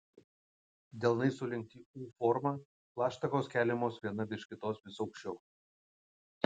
delnai sulenkti u forma plaštakos keliamos viena virš kitos vis aukščiau